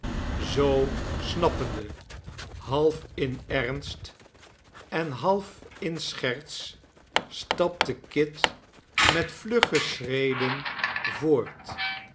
zoo snappende half in ernst en half in scherts stapte kit met vlugge schreden voort